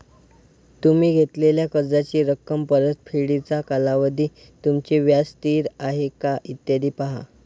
तुम्ही घेतलेल्या कर्जाची रक्कम, परतफेडीचा कालावधी, तुमचे व्याज स्थिर आहे का, इत्यादी पहा